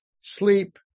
sleep